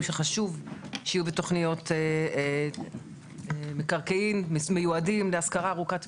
שחשוב שיהיו בתוכניות מקרקעין מיועדים להשכרה ארוכת טווח.